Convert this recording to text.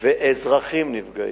ואזרחים נפגעים.